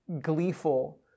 gleeful